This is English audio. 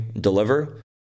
deliver